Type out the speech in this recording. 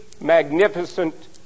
magnificent